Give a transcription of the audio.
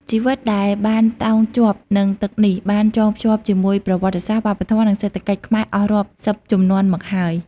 ជីវិតដែលបានតោងជាប់នឹងទឹកនេះ បានចងភ្ជាប់ជាមួយប្រវត្តិសាស្ត្រ វប្បធម៌ និងសេដ្ឋកិច្ចខ្មែរអស់រាប់សិបជំនាន់មកហើយ។